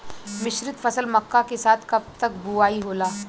मिश्रित फसल मक्का के साथ कब तक बुआई होला?